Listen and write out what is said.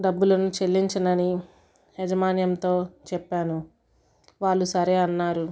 డబ్బులను చెల్లించనని యాజమాన్యంతో చెప్పాను వాళ్ళు సరే అన్నారు